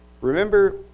remember